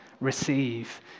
receive